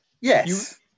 Yes